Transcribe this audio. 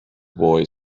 boy